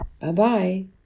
Bye-bye